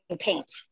paint